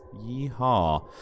Yeehaw